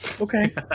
Okay